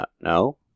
No